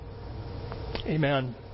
Amen